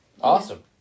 Awesome